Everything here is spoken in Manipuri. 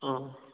ꯑꯥ